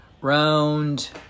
round